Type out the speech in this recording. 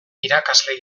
irakasle